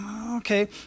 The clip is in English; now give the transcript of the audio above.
okay